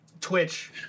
Twitch